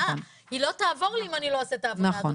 היא לא תעבור אם אני לא אעשה את העבודה הזאת,